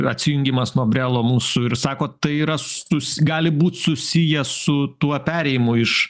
atsijungimas nuo brelo mūsų ir sakot tai yra sus gali būt susiję su tuo perėjimu iš